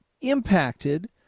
impacted